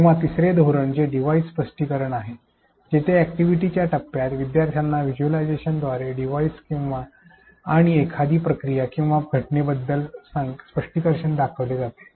किंवा तिसरे धोरण जे डिव्हाइस स्पष्टीकरण आहे जेथे अॅक्टिव्हिटीच्या टप्प्यात विद्यार्थ्यांना व्हिज्युअलायझेशनद्वारे डिव्हाइस आणि एखादि प्रक्रिया किंवा घटनेबद्दल स्पष्टीकरण दर्शविले जाते